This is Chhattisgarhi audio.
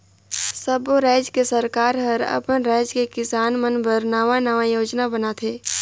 सब्बो रायज के सरकार हर अपन राज के किसान मन बर नांवा नांवा योजना बनाथे